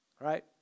right